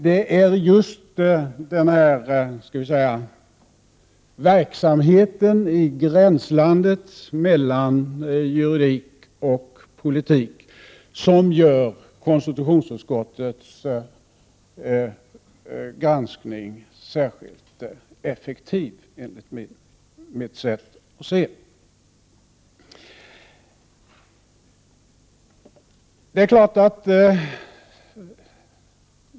Det är enligt mitt sätt att se just denna verksamhet i gränslandet mellan juridik och politik som gör konstitutionsutskottets granskning särskilt effektiv.